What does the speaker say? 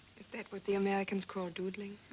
is that what the americans call doodling?